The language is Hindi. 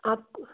आपको